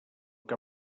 que